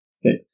six